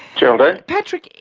geraldine. patrick,